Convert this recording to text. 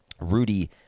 rudy